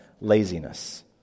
laziness